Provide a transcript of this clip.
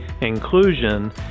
inclusion